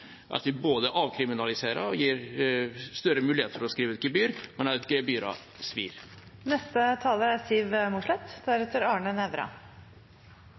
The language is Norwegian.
at vi både avkriminaliserer og gir større mulighet for å skrive ut gebyr, men